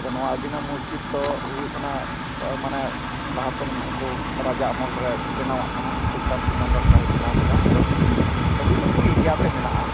ᱟᱫᱚ ᱱᱚᱣᱟ ᱟᱹᱫᱤᱱᱟ ᱢᱚᱥᱡᱤᱫ ᱫᱚ ᱦᱩᱭᱩᱜ ᱠᱟᱱᱟ ᱢᱟᱱᱮ ᱞᱟᱦᱟᱛᱮᱱ ᱩᱱᱠᱩ ᱨᱟᱡᱟ ᱟᱢᱚᱞ ᱨᱮ ᱵᱮᱱᱟᱣᱟᱜ ᱠᱟᱱᱟ ᱥᱩᱞᱛᱟᱱ ᱥᱤᱠᱟᱱᱫᱚᱨ ᱥᱟᱦᱟᱭ ᱵᱮᱱᱟᱣ ᱞᱮᱫᱟ ᱟᱫᱚ ᱟᱹᱰᱤ ᱞᱟᱹᱴᱩ ᱮᱨᱤᱭᱟ ᱛᱮ ᱢᱮᱱᱟᱜᱼᱟ